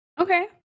okay